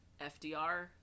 fdr